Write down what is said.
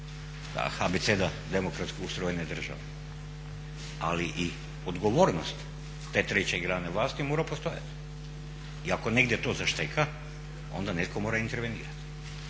abeceda demokratski ustrojene države. Ali i odgovornost te treće grane vlasti mora postojati. I ako negdje to zašteka onda netko mora intervenirati,